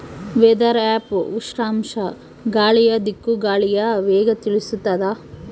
weather app ಉಷ್ಣಾಂಶ ಗಾಳಿಯ ದಿಕ್ಕು ಗಾಳಿಯ ವೇಗ ತಿಳಿಸುತಾದ